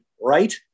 right